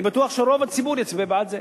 אני בטוח שרוב הציבור יצביע בעד זה,